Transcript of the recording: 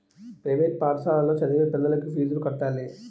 private పాఠశాలలో చదివే పిల్లలకు ఫీజులు కట్టాలి